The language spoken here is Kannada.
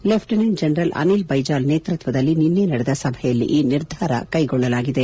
ಲೆಪ್ಟಿನೆಂಟ್ ಜನರಲ್ ಅನಿಲ್ ಬೈಜಾಲ್ ನೇತೃತ್ವದಲ್ಲಿ ನಿನ್ನೆ ನಡೆದ ಸಭೆಯಲ್ಲಿ ಈ ನಿರ್ಧಾರ ಕೈಗೊಳ್ಳಲಾಗಿದೆ